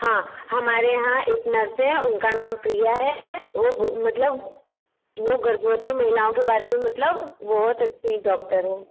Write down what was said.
हाँ हमारे यहाँ एक नर्स है उनका नाम प्रिया है वह मतलब वह गर्भवती महिलाओं के बारे में मतलब बहुत अच्छी डॉक्टर है